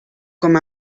com